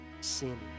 sin